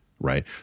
right